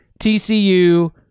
TCU